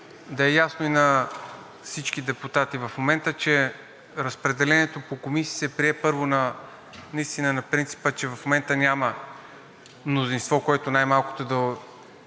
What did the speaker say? да е ясно и на всички депутати в момента, че разпределението по комисии се прие първо наистина на принципа, че в момента няма мнозинство, което най-малкото да